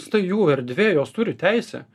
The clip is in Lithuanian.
tai jų erdvė jos turi teisę